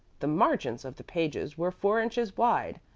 the margins of the pages were four inches wide,